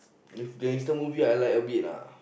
if gangster movie I like a bit ah